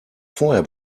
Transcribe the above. vorher